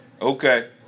Okay